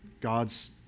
God's